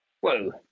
Whoa